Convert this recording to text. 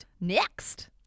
Next